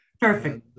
Perfect